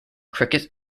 cricket